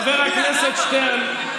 חבר הכנסת שטרן,